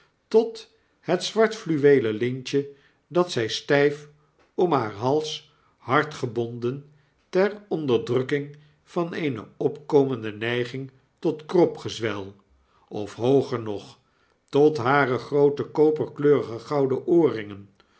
tot het zwart fluweelen lintje dat zjj stp om haar hals hard gebonden ter onderdrukking van eene opkomende neiging tot kropgezwel of hooger nog tot hare groote koperkleurige gouden oorringen